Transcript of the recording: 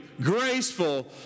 graceful